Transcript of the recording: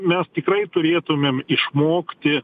mes tikrai turėtumėm išmokti